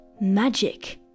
magic